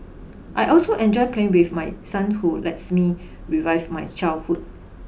I also enjoy playing with my son which lets me relive my childhood